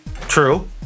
True